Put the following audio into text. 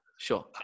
sure